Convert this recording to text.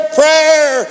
prayer